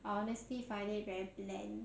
I honestly find it very bland